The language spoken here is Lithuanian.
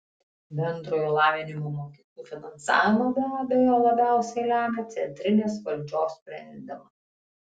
bendrojo lavinimo mokyklų finansavimą be abejo labiausiai lemia centrinės valdžios sprendimai